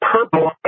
Purple